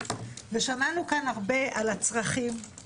שמענו כאן הרבה על הצרכים,